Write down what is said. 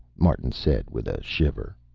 martin said, with a shiver.